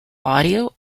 audio